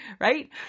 right